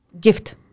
gift